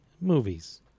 movies